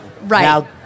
Right